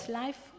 life